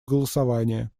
голосования